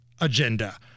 agenda